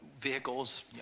vehicles